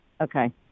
Okay